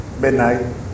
midnight